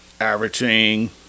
averaging